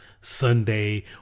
sunday